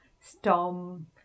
storm